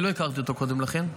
אני לא הכרתי אותו קודם לכן,